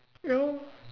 no